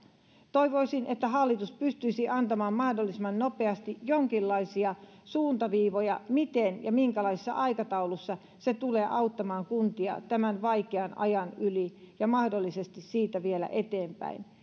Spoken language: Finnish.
toivoisin että hallitus pystyisi antamaan mahdollisimman nopeasti jonkinlaisia suuntaviivoja miten ja minkälaisessa aikataulussa se tulee auttamaan kuntia tämän vaikean ajan yli ja mahdollisesti siitä vielä eteenpäin